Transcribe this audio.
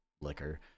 liquor